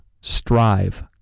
Strive